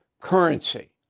currency